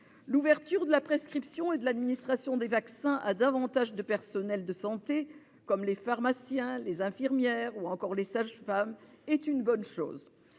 L'ouverture de la prescription et de l'administration des vaccins à davantage de personnels de santé, comme les pharmaciens, les infirmières ou encore les sages-femmes, est une bonne chose.